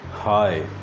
hi